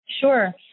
Sure